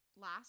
Last